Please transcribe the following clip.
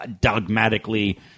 dogmatically